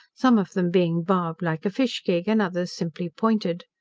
some of them being barbed like a fish gig, and others simply pointed.